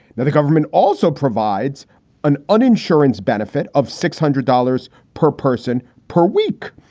and the government also provides an uninsurance benefit of six hundred dollars per person per week,